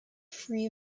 free